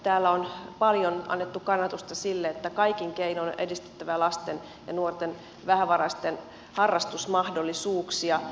täällä on paljon annettu kannatusta sille että kaikin keinoin on edistettävä vähävaraisten lasten ja nuorten harrastusmahdollisuuksia